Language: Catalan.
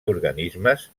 organismes